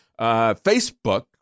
Facebook